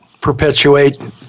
perpetuate